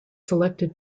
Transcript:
selected